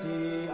See